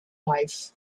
life